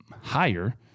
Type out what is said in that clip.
higher